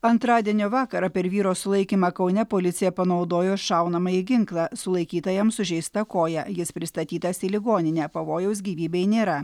antradienio vakarą per vyro sulaikymą kaune policija panaudojo šaunamąjį ginklą sulaikytajam sužeista koja jis pristatytas į ligoninę pavojaus gyvybei nėra